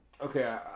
Okay